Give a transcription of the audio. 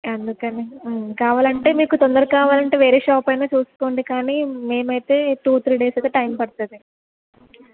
అందుకని కావాలంటే మీకు తొందరగా కావాలంటే వేరే షాపు అయినా చూసుకోండి కానీ మేమైతే టూ త్రీ డేస్ అయితే టైమ్ పడుతుంది